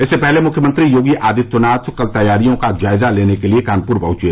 इससे पहले मुख्यमंत्री योगी आदित्यनाथ कल तैयारियों का जायजा लेने के लिए कानपुर पहुंचे